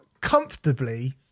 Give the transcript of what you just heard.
comfortably